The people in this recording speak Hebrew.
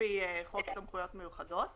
לפי חוק סמכויות מיוחדות